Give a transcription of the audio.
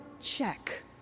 check